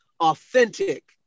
authentic